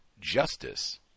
Justice